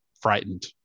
frightened